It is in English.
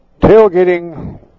Tailgating